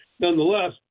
Nonetheless